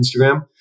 Instagram